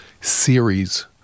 series